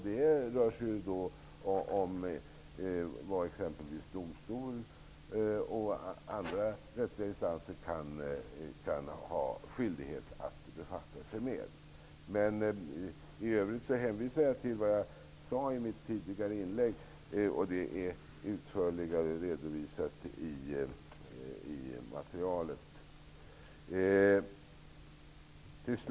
Det rör sig om vad exempelvis domstol och andra rättsliga instanser kan ha skyldighet att befatta sig med. I övrigt hänvisar jag till vad jag sade i mitt tidigare inlägg, och det är utförligare redovisat i materialet.